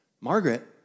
Margaret